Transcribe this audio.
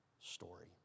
story